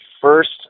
first